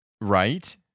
right